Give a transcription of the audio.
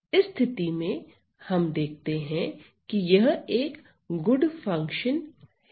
इस स्थिति में हम देखते हैं कि यह एक गुड फंक्शन है